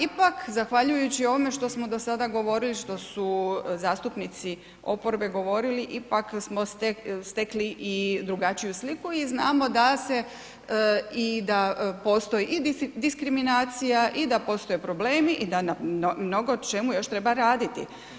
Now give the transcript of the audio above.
Ipak zahvaljujući ovome što smo do sada govorili, što su zastupnici oporbe govorili, ipak smo stekli i drugačiju sliku i znamo da se i da postoji i diskriminacija i da postoje problemi i da na mnogo čemu još treba raditi.